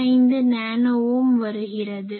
75 nano ohm வருகிறது